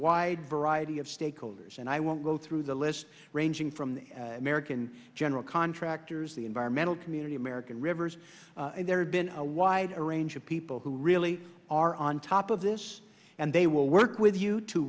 wide variety of stakeholders and i won't go through the list ranging from the american general contractors the environmental community american rivers there have been a wider range of people who really are on top of this and they will work with you to